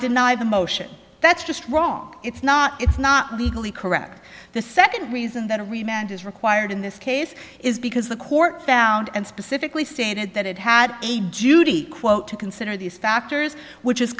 deny the motion that's just wrong it's not it's not legally correct the second reason that agreement is required in this case is because the court found and specifically stated that it had a duty quote to consider these factors which is